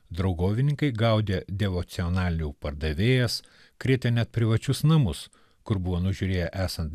draugovininkai gaudė devocionalinių pardavėjas krėtė net privačius namus kur buvo nužiūrėję esan